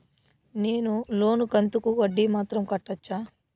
నేను లోను కంతుకు వడ్డీ మాత్రం కట్టొచ్చా?